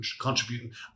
contributing